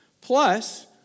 plus